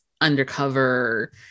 undercover